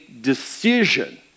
decision